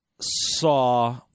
saw